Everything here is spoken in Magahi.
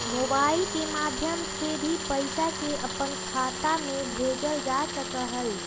मोबाइल के माध्यम से भी पैसा के अपन खाता में भेजल जा सका हई